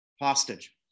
hostage